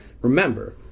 Remember